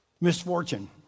misfortune